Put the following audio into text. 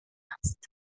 است